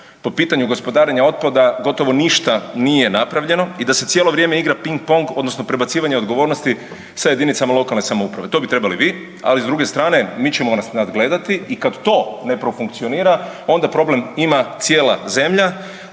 po pitanju gospodarenja otpada gotovo ništa nije napravljeno i da se cijelo vrijeme igra ping pong odnosno prebacivanje odgovornosti sa JLS-ovima, to bi trebali vi, ali s druge strane mi ćemo vas nadgledati i kad to ne profunkcionira onda problem ima cijela zemlja.